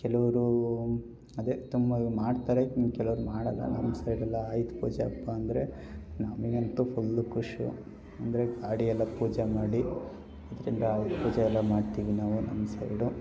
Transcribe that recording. ಕೆಲವ್ರು ಅದೆ ತುಂಬ ಮಾಡ್ತಾರೆ ಇನ್ನು ಕೆಲವ್ರು ಮಾಡೋಲ್ಲ ನಮ್ಮ ಸೈಡೆಲ್ಲ ಆಯುಧ ಪೂಜೆ ಹಬ್ಬ ಅಂದರೆ ನಮಗಂತೂ ಫುಲ್ ಖುಷಿ ಅಂದರೆ ಗಾಡಿ ಎಲ್ಲ ಪೂಜೆ ಮಾಡಿ ಅದರಿಂದ ಆಯುಧ ಪೂಜೆ ಎಲ್ಲ ಮಾಡ್ತೀವಿ ನಾವು ನಮ್ಮ ಸೈಡು